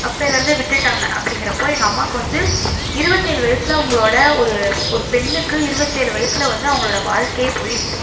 அப்போயிலேருந்தே விட்டுட்டாங்க அப்படிங்கிறப்போ எங்கள் அம்மாவுக்கு வந்து இருவத்தேழு வயதில் அவங்களோட ஒரு ஒரு பெண்ணுக்கு இருவத்தேழு வயதில் வந்து அவங்களோட வாழ்க்கையே போயிடுச்சு